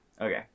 Okay